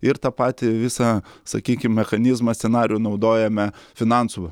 ir tą patį visą sakykim mechanizmą scenarijų naudojame finansų